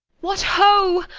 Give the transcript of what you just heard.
what, ho!